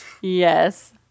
Yes